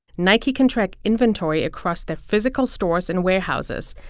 nike can track inventory across their physical stores and warehouses,